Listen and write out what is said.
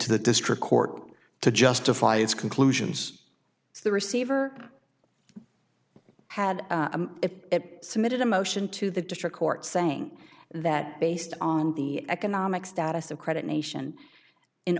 to the district court to justify its conclusions the receiver had it submitted a motion to the district court saying that based on the economic status of credit nation in